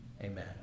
Amen